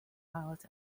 pilot